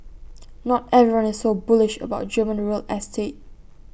not everyone is so bullish about German real estate